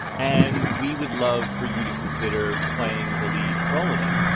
and we would love for you to consider playing the lead role in it.